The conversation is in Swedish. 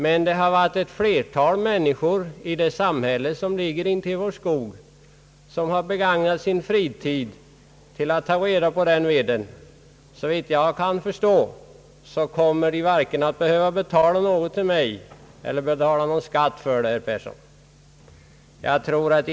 Däremot har ett flertal människor i det samhälle som ligger intill min skog utnyttjat sin fritid till att ta reda på sådan ved, och såvitt jag kan förstå kommer de varken att behöva betala någonting till mig eller erlägga någon skatt för det, herr Persson.